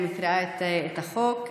אני מקריאה את החוק.